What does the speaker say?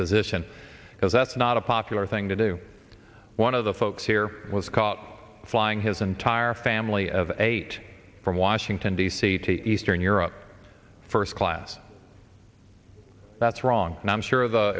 position because that's not a popular thing to do one of the folks here was caught flying his entire family of eight from washington d c to eastern europe first class that's wrong and i'm sure the